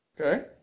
Okay